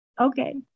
Okay